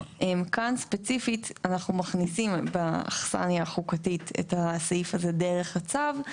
כאן ספציפית אנחנו מכניסים באכסניה החוקתית את הסעיף הזה דרך הצו,